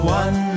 one